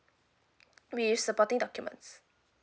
with supporting documents